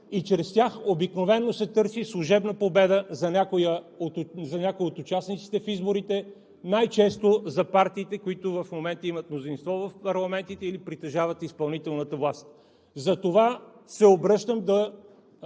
и чрез тях обикновено се търси служебна победа за някого от участниците в изборите, най-често за партиите, които в момента имат мнозинство в парламентите или притежават изпълнителната власт. Затова се обръщам да